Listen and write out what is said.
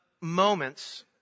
moments